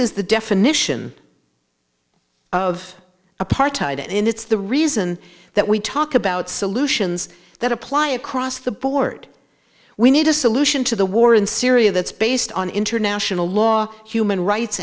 is the definition of apartheid and it's the reason that we talk about solutions that apply across the board we need a solution to the war in syria that's based on international law human rights